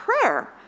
prayer